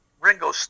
Ringo